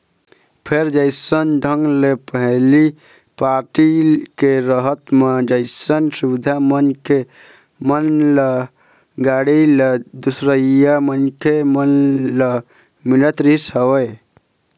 फेर जइसन ढंग ले पहिली पारटी के रहत म जइसन सुबिधा मनखे मन ल, गाड़ी ल, दूसरइया मनखे मन ल मिलत रिहिस हवय